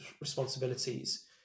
responsibilities